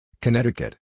Connecticut